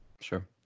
Sure